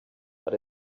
but